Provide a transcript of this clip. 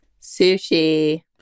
sushi